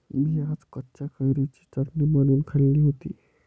मी आज कच्च्या कैरीची चटणी बनवून खाल्ली होती